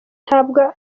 ntabwo